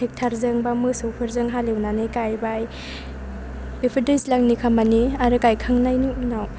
टेक्ट'रजों एबा मोसौफोरजों हालेवनानै गायबाय बेफोर दैज्लांनि खामानि आरो गायखांनायनि उनाव